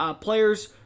Players